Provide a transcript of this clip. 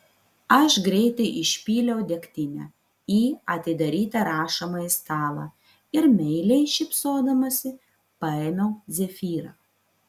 aš greitai išpyliau degtinę į atidarytą rašomąjį stalą ir meiliai šypsodamasi paėmiau zefyrą